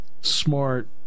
smart